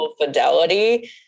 fidelity